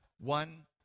one